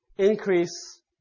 Increase